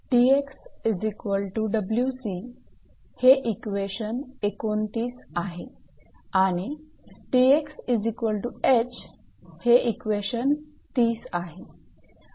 𝑇𝑥𝑊𝑐 हे इक्वेशन 29 आहे आणि 𝑇𝑥𝐻 हे इक्वेशन 30 आहे